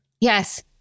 Yes